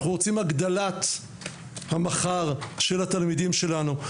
אנחנו רוצים הגדלת המחר של התלמידים שלנו,